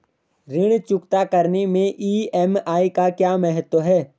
ऋण चुकता करने मैं ई.एम.आई का क्या महत्व है?